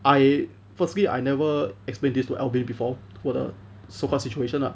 I firstly I never explained this two alvin before 我的 so call situation lah